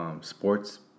Sports